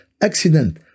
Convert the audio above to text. accident